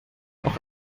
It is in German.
auch